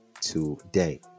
today